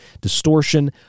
distortion